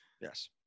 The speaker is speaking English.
yes